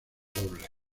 dobles